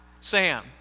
Sam